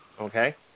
Okay